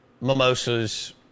mimosas